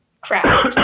Crap